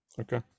Okay